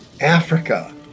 Africa